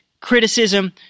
criticism